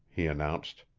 he announced.